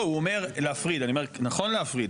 לא, הוא אומר להפריד, אני אומר שנכון להפריד.